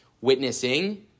witnessing